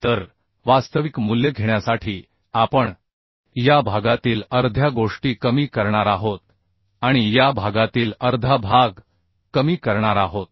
तर वास्तविक मूल्य घेण्यासाठी आपण या भागातील अर्ध्या गोष्टी कमी करणार आहोत आणि या भागातील अर्धा भाग कमी करणार आहोत